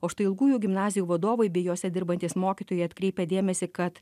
o štai ilgųjų gimnazijų vadovai bei jose dirbantys mokytojai atkreipia dėmesį kad